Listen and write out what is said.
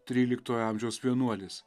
tryliktojo amžiaus vienuolis